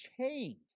chained